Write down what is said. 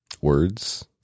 words